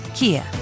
Kia